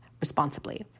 responsibly